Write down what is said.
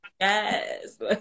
yes